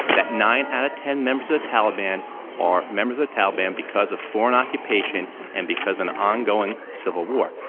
that nine out of ten members of the taliban are members of the taliban because of foreign occupation and because of an ongoing civil war.